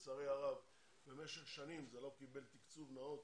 לצערי הרב, במשך שנים זה לא קיבל תקצוב נאות